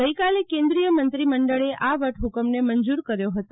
ગઇકાલે કેન્દ્રિય મંત્રીમંડળે આ વટહુકમને મંજુર કર્યો હતો